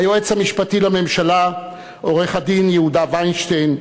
היועץ המשפטי לממשלה עורך-דין יהודה וינשטיין,